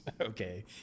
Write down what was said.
Okay